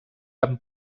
amb